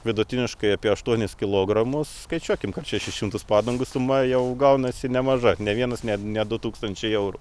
vidutiniškai apie aštuonis kilogramus skaičiuokim kad šešis šimtus padangų suma jau gaunasi nemaža ne vienas ne ne du tūkstančiai eurų